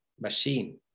machine